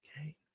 Okay